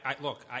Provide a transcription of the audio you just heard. Look